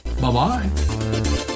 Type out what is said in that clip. bye-bye